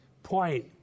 Point